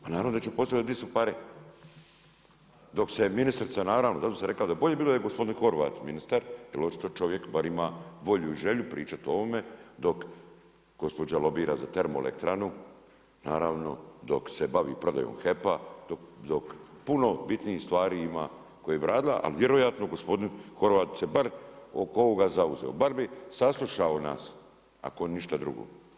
Pa naravno da će postaviti di su pare, dok se ministrica naravno, zato sam rekao da je bolje bilo da je gospodin Horvat ministar jer očito čovjek bar ima volju i želju pričati i ovome, dok gospođa lobira za termoelektranu, naravno, dok se bavi prodajom HEP-a, dok puno bitnijih stvari ima koje bi radila, ali vjerojatni gospodin Horvat se bar oko ovoga zauzeo, bar bi saslušao nas ako ništa drugo.